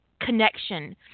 connection